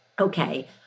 okay